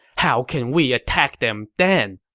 how can we attack them then?